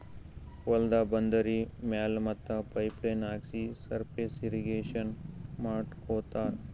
ಹೊಲ್ದ ಬಂದರಿ ಮ್ಯಾಲ್ ಮತ್ತ್ ಪೈಪ್ ಲೈನ್ ಹಾಕ್ಸಿ ಸರ್ಫೇಸ್ ಇರ್ರೀಗೇಷನ್ ಮಾಡ್ಕೋತ್ತಾರ್